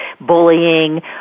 bullying